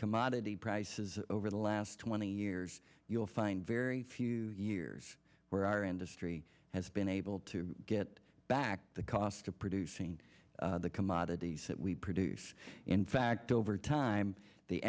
commodity prices over the last twenty years you'll find very few years where our industry has been able to get back the cost of producing the commodities that we produce in fact over time the